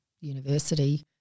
university